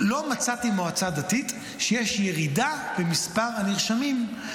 לא מצאתי מועצה דתית שיש בה ירידה במספר הנרשמים.